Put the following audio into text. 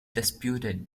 disputed